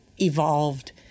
evolved